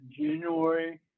January